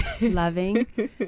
loving